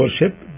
worship